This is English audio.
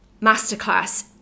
masterclass